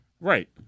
right